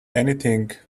anything